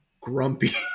grumpy